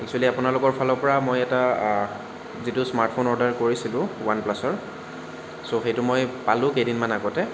একছুৱেলি আপোনালোকৰ ফালৰ পৰা মই এটা যিটো স্মাৰ্টফোন অৰ্ডাৰ কৰিছিলোঁ ওৱান প্লাছৰ ছ' সেইটো মই পালোঁ কেইদিনমান আগতে